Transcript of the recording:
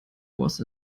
was